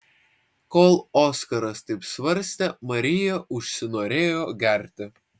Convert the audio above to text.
kol oskaras taip svarstė marija užsinorėjo gerti